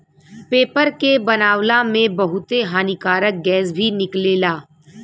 paper के बनावला में बहुते हानिकारक गैस भी निकलेला